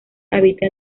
habita